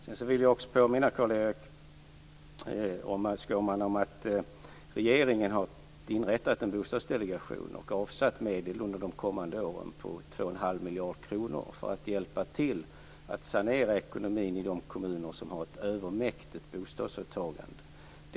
Jag vill också påminna Carl-Erik Skårman om att regeringen har inrättat en bostadsdelegation och avsatt 2 1⁄2 miljarder kronor under kommande år för att hjälpa till att sanera ekonomin i de kommuner som har ett övermäktigt bostadsåtagande.